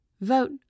Vote